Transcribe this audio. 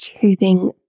choosing